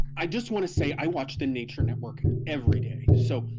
i just want to say i watch the nature network every day, so,